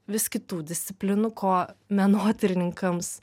vis kitų disciplinų ko menotyrininkams